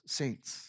saints